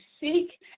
seek